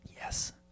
Yes